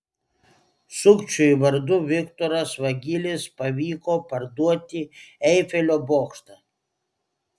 sukčiui vardu viktoras vagilis pavyko parduoti eifelio bokštą